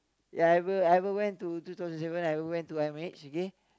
ya I ever ever went to two thousand seven I ever went to I_M_H okay